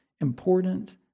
important